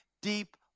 deep